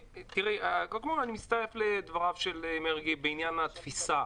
קודם כל, אני מצטרף לדבריו של מרגי בעניין התפיסה.